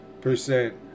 percent